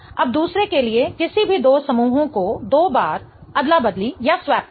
अब दूसरे के लिए किसी भी दो समूहों को दो बार अदला बदली स्वैप करें